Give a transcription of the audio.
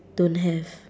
don't have